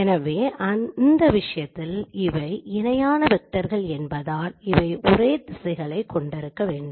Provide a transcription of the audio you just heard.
எனவே அந்த விஷயத்தில் அவை இணையான வெக்டர்கள் என்பதால் அவை ஒரே திசைகளைக் கொண்டிருக்க வேண்டும்